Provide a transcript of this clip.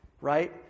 right